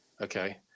Okay